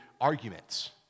arguments